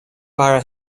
para